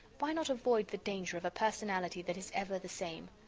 why not avoid the danger of a personality that is ever the same?